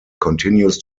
continues